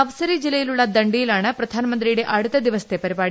നവ്സരി ജില്ലയിലുള്ള് ദണ്ഡിയിലാണ് പ്രധാനമന്ത്രിയുടെ അടുത്ത ദിവസത്തെ പ്പതിപാടി